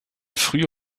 frühe